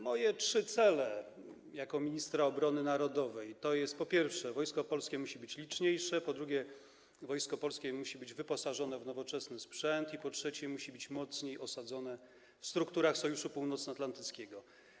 Moje trzy cele, jako ministra obrony narodowej, są następujące: po pierwsze, Wojsko Polskie musi być liczniejsze, po drugie, Wojsko Polskie musi być wyposażone w nowoczesny sprzęt, po trzecie, musi być ono mocniej osadzone w strukturach Sojuszu Północnoatlantyckiego.